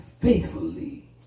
faithfully